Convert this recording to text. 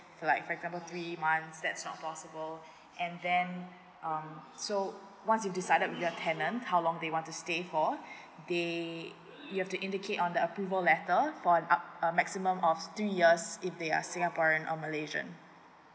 like for example three months that's not possible and then um so once you decided with your tenant how long they want to stay for they you have to indicate on the approval letter for an up uh maximum of three years if they are singaporean or malaysian